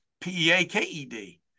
p-e-a-k-e-d